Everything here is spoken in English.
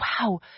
wow